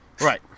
Right